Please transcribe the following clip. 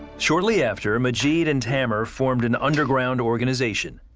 shortly after, majit and tammer formed an underground organization.